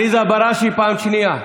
עליזה בראשי, פעם שנייה.